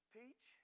teach